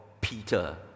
Peter